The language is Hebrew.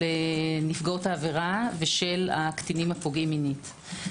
נפגעות העבירה ושל הקטינים הפוגעים מינית.